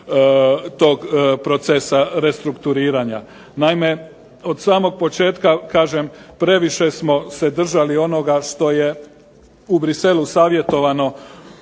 tog procesa restrukturiranja. Naime od samog početka, kažem previše smo se držali onoga što je u Bruxellesu savjetovano,